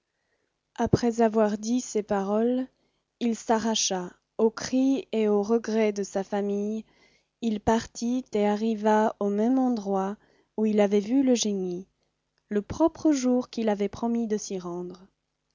après avoir dit ces paroles il s'arracha aux cris et aux regrets de sa famille il partit et arriva au même endroit où il avait vu le génie le propre jour qu'il avait promis de s'y rendre